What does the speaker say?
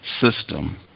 system